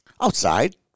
Outside